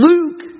Luke